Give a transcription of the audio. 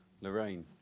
Lorraine